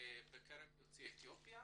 בקרב יוצאי אתיופיה